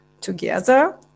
together